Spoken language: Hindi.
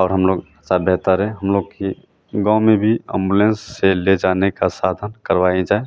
और हम लोग सब बेहतर है हम लोग के गाँव में भी अम्बुलेंस से ले जाने का साधन करवाया जाए